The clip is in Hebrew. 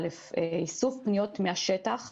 א', איסוף פניות מהשטח